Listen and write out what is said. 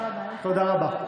תודה רבה.